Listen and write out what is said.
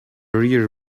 rear